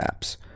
apps